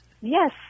Yes